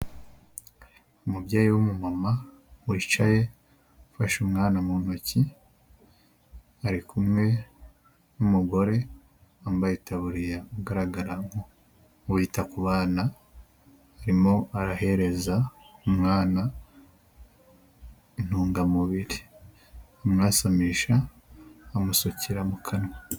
Umubyeyi w'umumama wicaye afashe umwana mu ntoki, ari kumwe n'umugore wambaye itaburiya ugaragara nk'uwita ku bana, arimo arahereza umwana intungamubiri, amwasamisha amusukira mu kanwa.